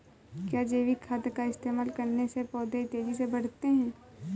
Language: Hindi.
क्या जैविक खाद का इस्तेमाल करने से पौधे तेजी से बढ़ते हैं?